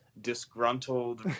Disgruntled